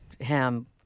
ham